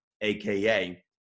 aka